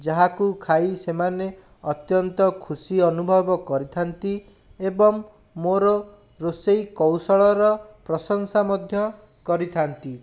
ଯାହାକୁ ଖାଇ ସେମାନେ ଅତ୍ୟନ୍ତ ଖୁସି ଅନୁଭବ କରିଥାନ୍ତି ଏବଂ ମୋର ରୋଷେଇ କୌଶଳର ପ୍ରଶଂସା ମଧ୍ୟ କରିଥାନ୍ତି